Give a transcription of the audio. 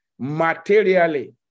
Materially